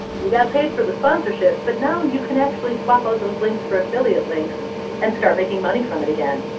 you got paid for the sponsorship. but now, you can actually swap out those links for affiliate links and start making money from it again.